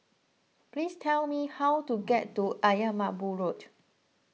please tell me how to get to Ayer Merbau Road